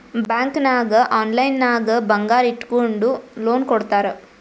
bank ನಾಗ್ online ನಾಗೆ ಬಂಗಾರ್ ಇಟ್ಗೊಂಡು ಲೋನ್ ಕೊಡ್ತಾರ್